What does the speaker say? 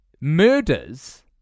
murders